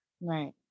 right